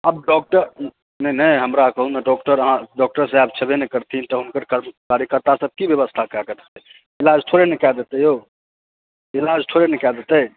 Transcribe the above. अब डाक्टर नहि नही हमरा कहु ने आब डॉक्टर साहेब छैबे ने करथिन तऽ हुनकर कार्यकर्ता सभ की व्यवस्था कए कऽ राखतै इलाज थोड़े ने कए देत यौ इलाज थोड़े ने कए देतै